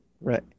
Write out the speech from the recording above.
Right